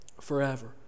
forever